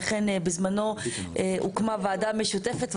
לכן בזמנו הוקמה ועדה משותפת,